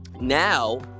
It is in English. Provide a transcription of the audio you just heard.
now